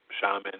shaman